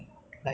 so